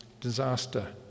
disaster